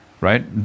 right